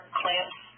clamps